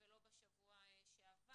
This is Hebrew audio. ולא בשבוע שעבר.